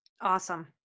Awesome